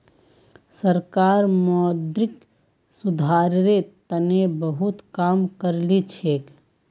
सरकार मौद्रिक सुधारेर तने बहुत काम करिलछेक